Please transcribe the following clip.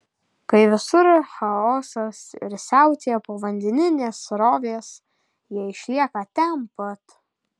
kai visur chaosas ir siautėja povandeninės srovės jie išlieka ten pat